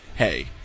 hey